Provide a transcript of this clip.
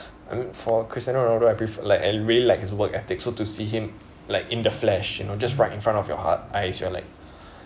I mean for cristiano ronaldo I prefer like I really like his work ethics so to see him like in the flesh you know just right in front of your heart eyes you are like